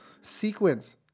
sequence